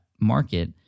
market